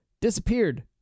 disappeared